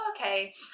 okay